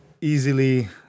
easily